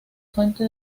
fuente